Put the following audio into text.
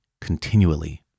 continually